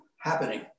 happening